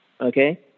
okay